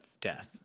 death